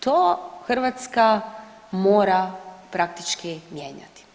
To Hrvatska mora praktički mijenjati.